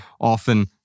often